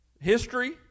History